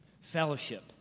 fellowship